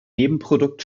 nebenprodukt